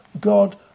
God